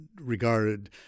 regarded